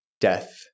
death